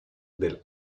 del